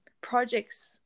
projects